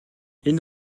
энэ